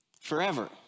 forever